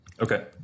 Okay